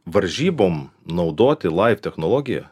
varžybom naudoti laif technologiją